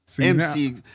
MC